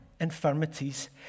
infirmities